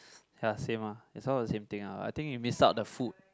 ya same ah it's all the same thing ah I think you miss out the food